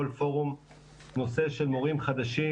נושא של מורים חדשים,